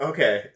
Okay